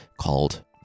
called